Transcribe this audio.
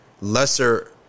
lesser